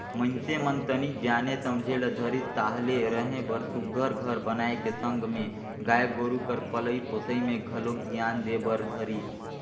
मइनसे मन तनिक जाने समझे ल धरिस ताहले रहें बर सुग्घर घर बनाए के संग में गाय गोरु कर पलई पोसई में घलोक धियान दे बर धरिस